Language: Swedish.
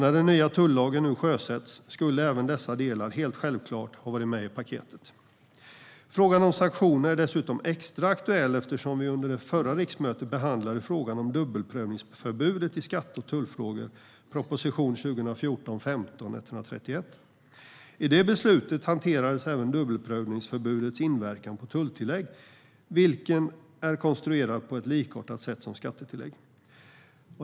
När den nya tullagen nu sjösätts skulle även dessa delar, hela självklart, ha varit med i paketet. Frågan om sanktioner är dessutom extra aktuell eftersom vi under det förra riksmötet behandlade frågan om dubbelprövningsförbudet i skatte och tullfrågor, proposition 2014/15:131. I detta beslut hanterades även dubbelprövningsförbudets inverkan på tulltillägg som är konstruerade på ett likartat sätt som skattetillägg.